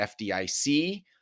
FDIC